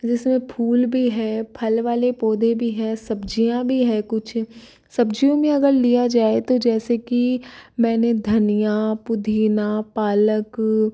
जिसमें फूल भी है फल वाले पौधे भी है सब्ज़ियाँ भी है कुछ सब्ज़ियों में अगर लिया जाए तो जैसे कि मैंने धनिया पुदीना पालक